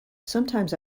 sometimes